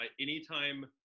Anytime